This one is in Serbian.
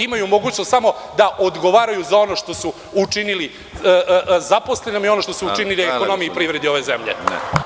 Imaju mogućnost samo da odgovaraju za ono što su učinili zaposlenima i ono što su učinili ekonomiji i privredi ove zemlje.